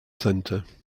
centre